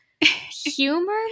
humor